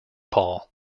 paul